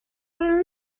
nie